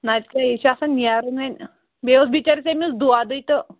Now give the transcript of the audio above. نَتہٕ کیٛاہ یہِ چھُ آسان نیرُن وۅنۍ بیٚیہِ اوس أمِس بِچٲرِس دودُے تہٕ